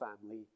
family